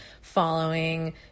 following